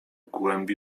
głębi